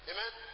Amen